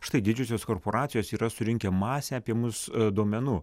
štai didžiosios korporacijos yra surinkę masę apie mus duomenų